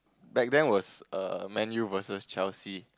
back then was err Man-U versus Chelsea